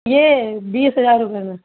یہ بیس ہزار روپے میں